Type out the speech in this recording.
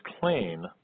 clean